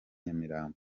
nyamirambo